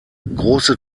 große